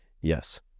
Yes